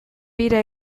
bira